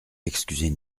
excusez